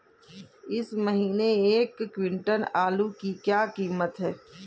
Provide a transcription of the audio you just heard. इस महीने एक क्विंटल आलू की क्या कीमत है?